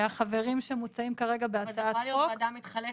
החברים שמוצעים כרגע בהצעת חוק -- אבל זאת יכולה להיות ועדה מתחלפת,